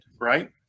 right